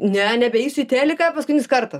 ne nebeisiu į teliką paskutinis kartas